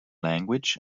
language